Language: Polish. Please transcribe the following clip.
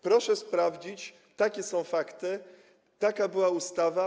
Proszę sprawdzić, takie są fakty, taka była ustawa.